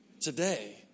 today